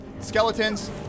Skeletons